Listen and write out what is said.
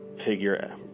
figure